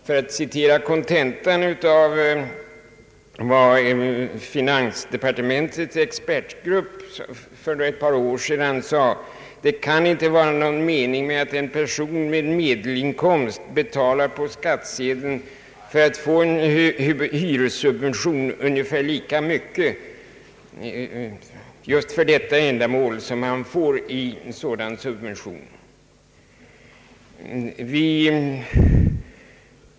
För att citera kontenta av vad finansdepartementets expertgrupp för ett par år sedan sade: Det kan inte vara någon mening att en person med medelinkomst för att få subvention på skattsedelin betalar in ungefär samma belopp som han sedan utfår i hyressubvention.